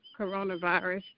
coronavirus